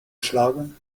schlagen